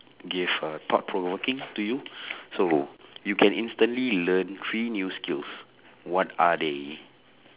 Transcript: give a thought provoking to you so you can instantly learn three new skills what are they